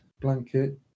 blanket